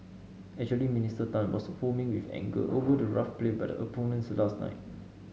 actually Minister Tan was foaming with anger over the rough play by the opponents last night